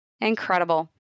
Incredible